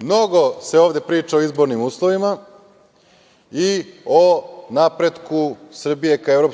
Mnogo se ovde priča o izbornim uslovima i o napretku Srbije ka EU